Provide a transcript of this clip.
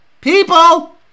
people